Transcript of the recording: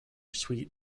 sweet